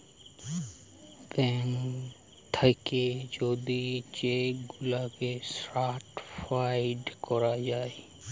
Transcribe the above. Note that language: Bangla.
ব্যাঙ্ক থাকে যদি চেক গুলাকে সার্টিফাইড করা যায়